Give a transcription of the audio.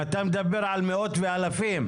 אתה מדבר על מאות ואלפים.